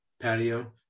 patio